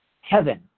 heaven